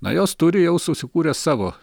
na jos turi jau susikūrę savo